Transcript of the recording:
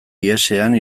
ihesean